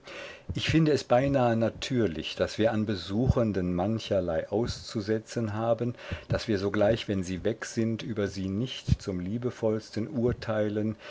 ich finde es beinahe natürlich daß wir an besuchenden mancherlei auszusetzen haben daß wir sogleich wenn sie weg sind über sie nicht zum liebevollsten urteilen